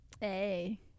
Hey